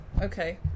Okay